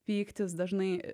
pyktis dažnai